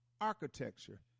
architecture